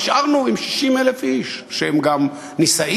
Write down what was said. אבל נשארנו עם 60,000 איש שהם גם נישאים,